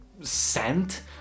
scent